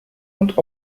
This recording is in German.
und